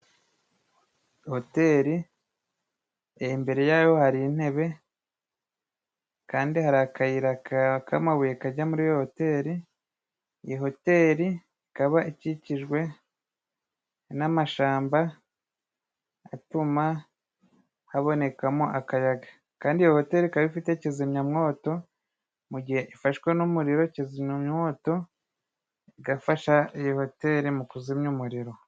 Hoteli imbere yayo hari intebe kandi hari akayira k'amabuye kajya muri iyo hoteli, iyi hoteli ikaba ikikijwe n'amashyamba atuma habonekamo akayaga. Kandi iyo hoteli ikaba ifite kizimyamwoto mu gihe ifashwe n'umuriro, kizimyamwoto igafasha iyi hoteli mu kuzimya umuriro.